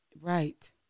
Right